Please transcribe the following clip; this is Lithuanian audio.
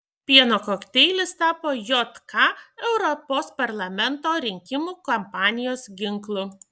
pieno kokteilis tapo jk europos parlamento rinkimų kampanijos ginklu